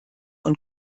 und